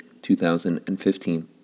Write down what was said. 2015